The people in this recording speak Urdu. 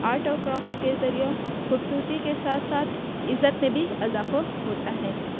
آرٹ اور کرافٹ کے ذریعہ خوبصورتی کے ساتھ ساتھ عزت میں بھی اضافہ ہوتا ہے